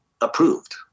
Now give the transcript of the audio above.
approved